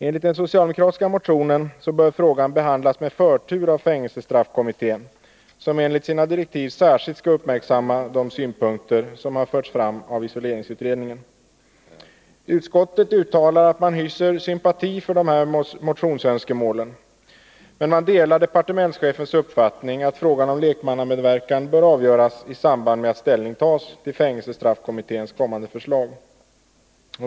Enligt den socialdemokratiska motionen bör frågan behandlas med förtur av fängelsestraffkommittén, som enligt sina direktiv särskilt skall uppmärksamma de synpunkter som har förts fram av isoleringsutredningen. Utskottet uttalar att man hyser sympati för detta motionsönskemål, men man delar departementschefens uppfattning att frågan om lekmannamedverkan bör göras i samband med att ställning tas till fängelsestraffkommitténs kommande förslag.